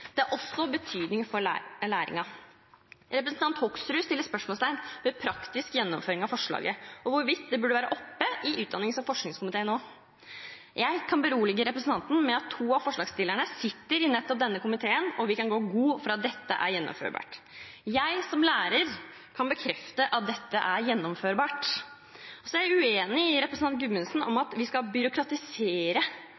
Det er også av betydning for læringen. Representanten Hoksrud stiller spørsmål ved praktisk gjennomføring av forslaget og hvorvidt det burde ha vært tatt opp i utdannings- og forskningskomiteen også. Jeg kan berolige representanten med at to av forslagsstillerne sitter i nettopp denne komiteen, og vi kan gå god for at dette er gjennomførbart. Jeg som lærer kan bekrefte at dette er gjennomførbart. Så er jeg uenig med representanten Gudmundsen i